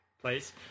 place